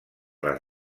les